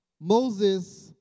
Moses